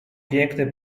piękny